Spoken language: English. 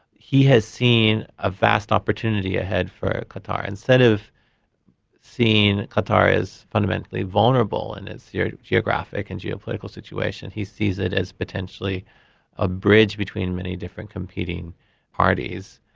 he has seen a vast opportunity ahead for qatar. instead of seeing qatar as fundamentally vulnerable in its yeah geographic and geopolitical situation, he sees it as potentially a bridge between many different competing parties.